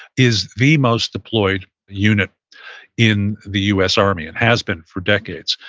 is the most deployed unit in the u s. army and has been for decades.